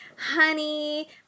honey